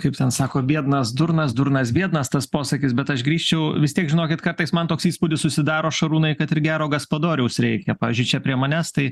kaip ten sako biednas durnas durnas biednas tas posakis bet aš grįščiau vis tiek žinokit kartais man toks įspūdis susidaro šarūnai kad ir gero gaspadoriaus reikia pavyzdžiui čia prie manęs tai